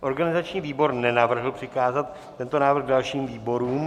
Organizační výbor nenavrhl přikázat tento návrh dalším výborům.